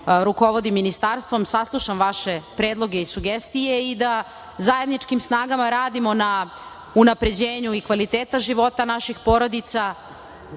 rukovodim ministarstvom, saslušam vaše predloge i sugestije i da zajedničkim snagama radimo na unapređenju i kvaliteta života naših porodica